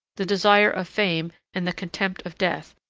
the desire of fame, and the contempt of death,